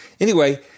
Anyway-